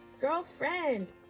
girlfriend